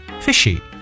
fishy